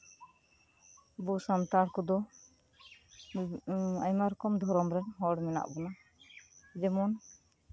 ᱟᱵᱚ ᱥᱟᱱᱛᱟᱲ ᱠᱚᱫᱚ ᱟᱭᱢᱟ ᱨᱚᱠᱚᱢ ᱫᱷᱚᱨᱚᱢ ᱨᱮᱱ ᱦᱚᱲ ᱢᱮᱱᱟᱜ ᱵᱚᱱᱟ ᱡᱮᱢᱚᱱ